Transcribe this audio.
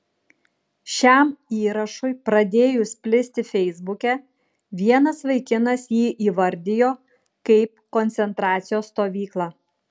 šiam įrašui pradėjus plisti feisbuke vienas vaikinas jį įvardijo kaip koncentracijos stovyklą